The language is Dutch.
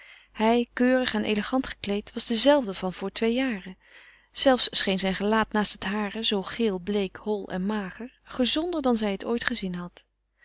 hij keurig en elegant gekleed was de zelfde van voor twee jaren zelfs scheen zijn gelaat naast het hare zoo geel bleek hol en mager gezonder dan zij het ooit gezien had